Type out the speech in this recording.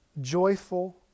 joyful